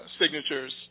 signatures